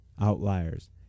outliers